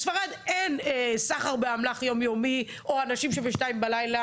בספרד אין סחר באמל"ח יומיומי או אנשים שבשתיים בלילה